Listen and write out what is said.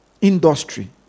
industry